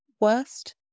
worst